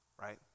right